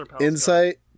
Insight